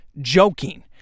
joking